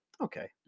okay